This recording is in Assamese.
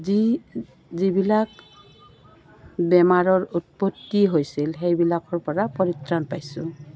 যি যিবিলাক বেমাৰৰ উৎপত্তি হৈছিল সেইবিলাকৰ পৰা পৰিত্ৰাণ পাইছোঁ